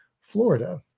Florida